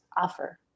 offer